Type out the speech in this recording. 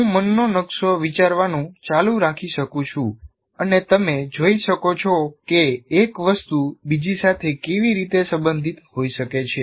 હું મનનો નકશો બનાવવાનું ચાલુ રાખી શકું છું અને તમે જોઈ શકો છો કે એક વસ્તુ બીજી સાથે કેવી રીતે સંબંધિત હોઈ શકે છે